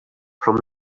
from